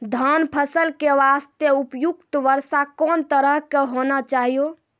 धान फसल के बास्ते उपयुक्त वर्षा कोन तरह के होना चाहियो?